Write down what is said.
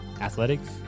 Athletics